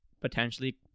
potentially